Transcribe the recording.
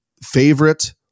favorite